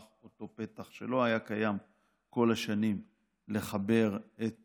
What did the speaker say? אותו פתח שלא היה קיים כל השנים לחבר את